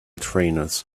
trainers